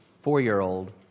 four-year-old